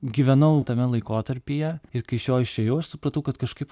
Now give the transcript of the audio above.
gyvenau tame laikotarpyje ir kai iš jo išėjau aš supratau kad kažkaip